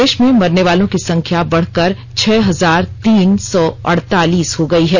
देश में मरने वालों की संख्या बढकर छह हजार तीन सौ अड़तालीस हो गई है